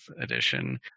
edition